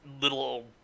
little